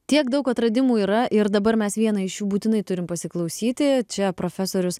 tiek daug atradimų yra ir dabar mes vieną iš jų būtinai turim pasiklausyti čia profesorius